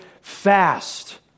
fast